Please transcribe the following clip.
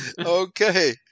Okay